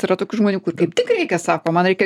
yra tokių žmonių kur kaip tik reikia sako man reikia